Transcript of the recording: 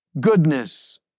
goodness